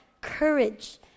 courage